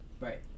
Right